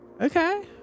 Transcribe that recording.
Okay